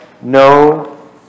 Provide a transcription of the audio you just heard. no